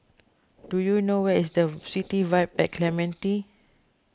do you know where is the City Vibe at Clementi